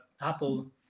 apple